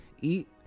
eat